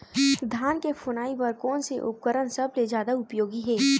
धान के फुनाई बर कोन से उपकरण सबले जादा उपयोगी हे?